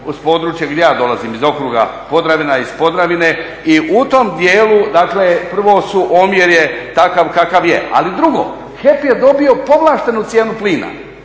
uz područje gdje ja dolazim, iz okruga Podravina, iz Podravine i u tom dijelu, dakle prvo su, omjer je takav kakav je, ali drugo, HEP je dobio povlaštenu cijenu plina,